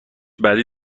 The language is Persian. بعدی